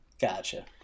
gotcha